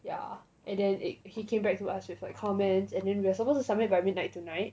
ya and then he came back to us with like comments and then we are supposed to submit by midnight tonight